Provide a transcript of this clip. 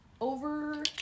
Over